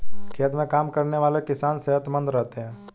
खेत में काम करने वाले किसान सेहतमंद रहते हैं